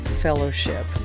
fellowship